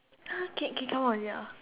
!huh! can can come out already ah